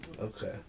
Okay